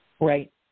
right